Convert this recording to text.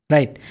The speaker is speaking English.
Right